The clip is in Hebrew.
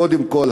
קודם כול,